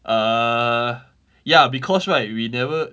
err ya because right we never